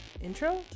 intro